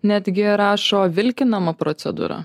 netgi rašo vilkinama procedūra